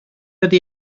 ydy